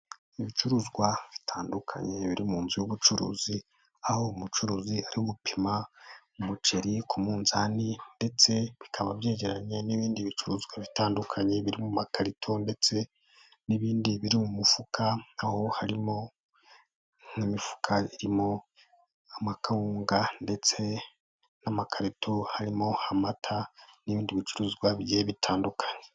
Ibicuruzwa bitandukanye biri mu nzu y'ubucuruzi aho umucuruzi ari gupima umuceri ku munzani ndetse bikaba byegeranye n'ibindi bicuruzwa bitandukanye biri mu makarito ndetse n'ibindi biri mu mufuka, aho harimo nk'imifuka irimo amakawunga ndetse n'amakarito harimo amata n'ibindi bicuruzwa bigiye bitandukanye.